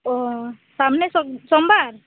ᱚ ᱥᱟᱢᱱᱮ ᱥᱚᱢᱵᱟᱨ